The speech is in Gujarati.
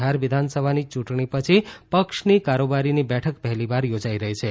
બિહાર વિધાનસભાની ચુંટણી પછી પક્ષની કારોબારીની બેઠક પહેલીવાર યોજાઇ રહી છે